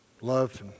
loved